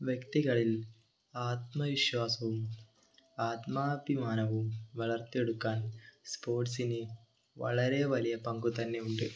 വ്യക്തികളിൽ ആത്മവിശ്വാസവും ആത്മാനഭിമാനവും വളർത്തിയെടുക്കാൻ സ്പോർട്സിന് വളരെ വലിയ പങ്ക് തന്നെ ഉണ്ട്